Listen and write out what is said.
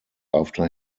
after